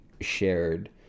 shared